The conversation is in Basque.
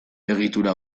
egitura